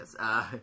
yes